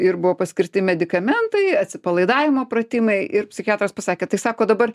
ir buvo paskirti medikamentai atsipalaidavimo pratimai ir psichiatras pasakė tai sako dabar